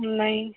नहीं